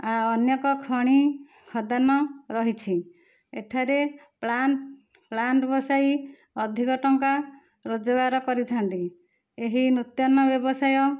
ଆଉ ଅନେକ ଖଣି ଖଦନ ରହିଛି ଏଠାରେ ପ୍ଳାଣ୍ଟ ପ୍ଳାଣ୍ଟ ବସାଇ ଅଧିକ ଟଙ୍କା ରୋଜଗାର କରିଥାନ୍ତି ଏହି ନୂତନ ବ୍ୟବସାୟ